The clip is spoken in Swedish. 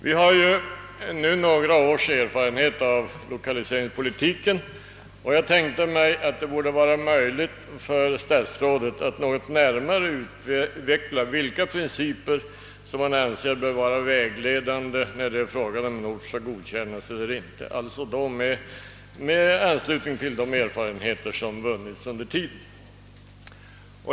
Vi har nu några års erfarenhet av lokaliseringspolitiken, och jag tänkte att det borde vara möjligt för statsrådet att något närmare utveckla vilka principer som han anser böra vara vägledande när det gäller att avgöra om en ort skall godkännas eller inte med hänsyn till de erfarenheter som vunnits under tiden.